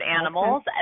animals